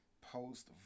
post